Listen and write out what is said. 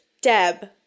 Deb